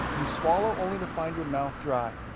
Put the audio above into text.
you swallow, only to find your mouth dry.